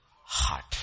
heart